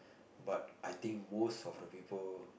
but I think most of the people